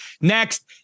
Next